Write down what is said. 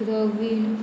प्रवीण